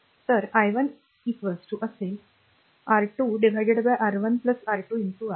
तर i1 r असेल तर r R2 r R1 R2 i